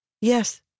Yes